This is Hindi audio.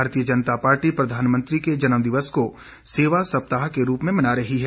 भारतीय जनता पार्टी प्रधानमंत्री के जन्मदिवस को सेवा सप्ताह के रूप में मना रही है